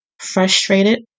frustrated